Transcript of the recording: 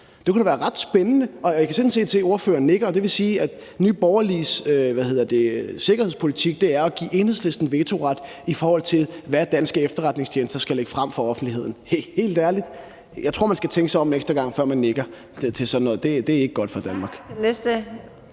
Det kunne da være ret spændende, og jeg kan sådan set se, at ordføreren nikker. Det vil sige, at Nye Borgerliges sikkerhedspolitik er at give Enhedslisten vetoret i forhold til, hvad danske efterretningsagenter skal lægge frem for offentligheden – hey! Jeg tror helt ærligt, man skal tænke sig om en ekstra gang, før man nikker til sådan noget. Det er ikke godt for Danmark.